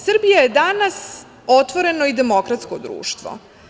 Srbija je danas otvoreno i demokratsko društvo.